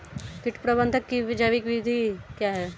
कीट प्रबंधक की जैविक विधि क्या है?